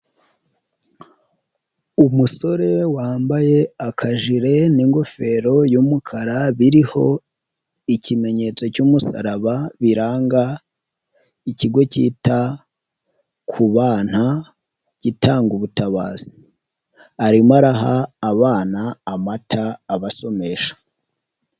Umusore wambaye akajire n'ingofero y'umukara biriho ikimenyetso cy'umusaraba biranga ikigo cyita ku bana gitanga ubutabazi, arimo araha abana amata abasomesha.